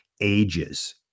ages